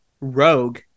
Rogue